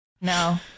No